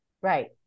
right